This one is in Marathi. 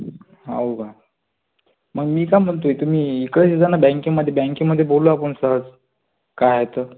हो का मग मी का म्हणतो आहे तुम्ही इकडे येजा ना बँकेमध्ये बँकेमध्ये बोलू आपण सहज काय आहे तर